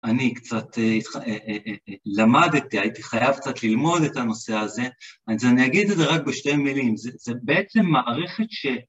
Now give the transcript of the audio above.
אני קצת למדתי, הייתי חייב קצת ללמוד את הנושא הזה, אז אני אגיד את זה רק בשתי מילים, זה בעצם מערכת ש...